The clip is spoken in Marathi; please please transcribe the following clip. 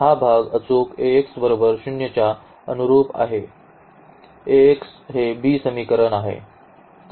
तर हा भाग अचूक च्या अनुरुप आहे Ax हे b समीकरण आहे